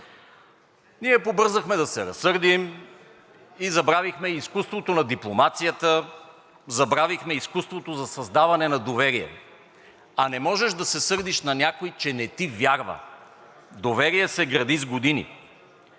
Ние побързахме да се разсърдим и забравихме изкуството на дипломацията, забравихме изкуството за създаване на доверие, а не можеш да се сърдиш на някого, че не ти вярва. Доверие се гради с години!